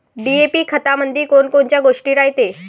DAP खतामंदी कोनकोनच्या गोष्टी रायते?